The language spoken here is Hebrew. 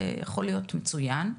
זה יכול להיות מצויין.